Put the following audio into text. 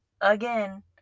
again